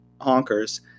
honkers